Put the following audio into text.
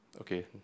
Okay